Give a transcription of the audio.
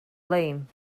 lein